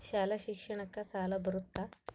ಶಾಲಾ ಶಿಕ್ಷಣಕ್ಕ ಸಾಲ ಬರುತ್ತಾ?